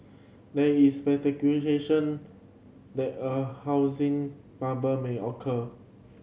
there is that a housing bubble may occur